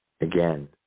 again